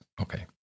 Okay